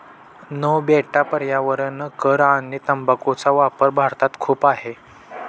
no बेटा पर्यावरण कर आणि तंबाखूचा वापर भारतात खूप आहे